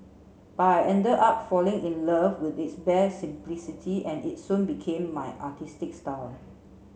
but I ended up falling in love with its bare simplicity and it soon became my artistic style